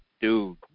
dude